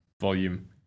volume